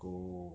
go